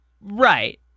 right